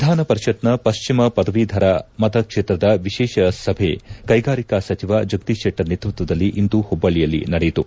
ವಿಧಾನ ಪರಿಷತ್ನ ಪಶ್ಚಿಮ ಪದವೀಧರ ಮತಕ್ಷೇತ್ರದ ವಿಶೇಷ ಸಭೆ ಕೈಗಾರಿಕಾ ಸಚಿವ ಜಗದೀಶ್ ಶೆಟ್ಸರ್ ನೇತೃತ್ವದಲ್ಲಿ ಇಂದು ಹುಬ್ಬಳ್ಳಿಯಲ್ಲಿ ನಡೆಯಿತು